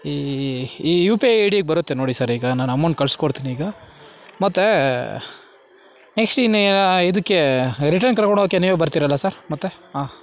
ಈ U P I ಐ ಡಿಗೆ ಬರುತ್ತೆ ನೋಡಿ ಸರ್ ಈಗ ನಾನು ಅಮೌಂಟ್ ಕಳಿಸ್ಕೊಡ್ತೀನೀಗ ಮತ್ತು ನೆಕ್ಸ್ಟ್ ಇನ್ನು ಇದಕ್ಕೆ ರಿಟರ್ನ್ ಕರ್ಕೊಂಡು ಹೋಗಕ್ಕೆ ನೀವೇ ಬರ್ತೀರಲ್ಲ ಸರ್ ಮತ್ತು ಹಾಂ